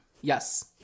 Yes